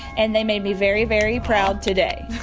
and they made me very, very proud today